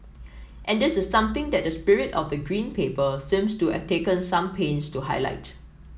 and this is something that the spirit of the Green Paper seems to have taken some pains to highlight